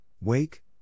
wake